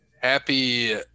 Happy